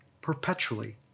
perpetually